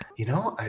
you know,